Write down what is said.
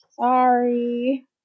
Sorry